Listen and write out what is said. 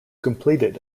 completed